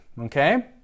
okay